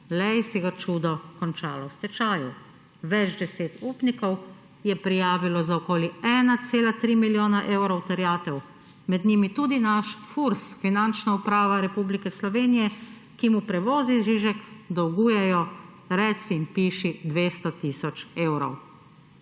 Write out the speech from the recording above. glej si ga čudo, končalo v stečaju. Več deset upnikov je prijavilo za okoli 1,3 milijona evrov terjatev, med njimi tudi naš FURS, Finančna uprava Republike Slovenije, ki mu Prevozi Žižek dolgujejo reci in piši dvesto tisoč evrov.